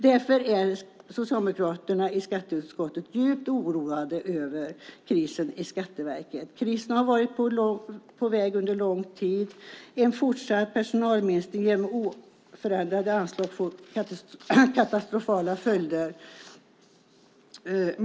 Därför är socialdemokraterna i skatteutskottet djupt oroade över krisen i Skatteverket. Krisen har varit på väg under en lång tid. En fortsatt personalminskning genom oförändrade anslag får katastrofala följder.